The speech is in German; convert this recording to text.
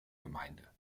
gemeinde